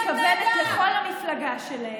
אני מתכוונת לכל המפלגה שלהם,